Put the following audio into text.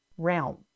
Realm